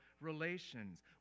relations